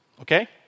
okay